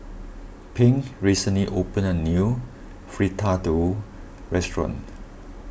Pink recently opened a new Fritada restaurant